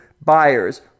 buyers